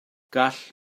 gall